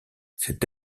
c’est